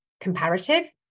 comparative